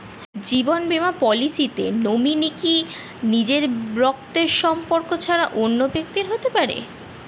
জীবন বীমা পলিসিতে নমিনি কি নিজের রক্তের সম্পর্ক ছাড়া অন্য ব্যক্তি হতে পারে?